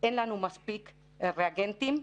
אין לנו מספיק ריאגנטים.